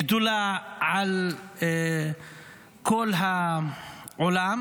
גדולה על כל העולם.